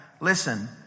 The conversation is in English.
Listen